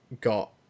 got